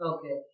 Okay